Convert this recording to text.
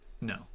no